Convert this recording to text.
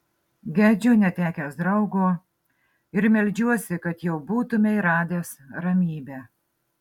gedžiu netekęs draugo ir meldžiuosi kad jau būtumei radęs ramybę